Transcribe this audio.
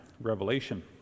Revelation